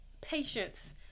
patience